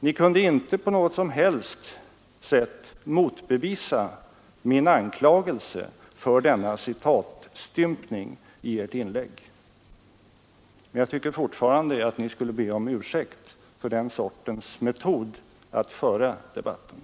Ni kunde inte på något som helst sätt motbevisa min anklagelse för denna citatstympning i Ert inlägg. Men jag tycker fortfarande att Ni skulle be om ursäkt för den sortens metod att föra debatten.